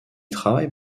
travaille